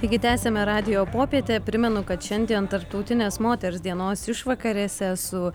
taigi tęsiame radijo popietę primenu kad šiandien tarptautinės moters dienos išvakarėse su